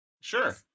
Sure